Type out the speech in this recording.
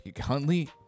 Huntley